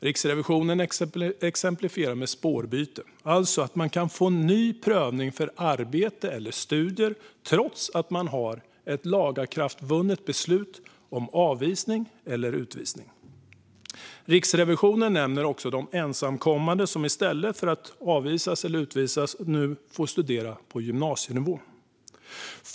Riksrevisionen exemplifierar med spårbytet, det vill säga att man kan få en ny prövning för arbete eller studier trots att man har ett lagakraftvunnet beslut om avvisning eller utvisning. Riksrevisionen nämner också de ensamkommande som i stället för att avvisas eller utvisas nu får studera på gymnasienivå.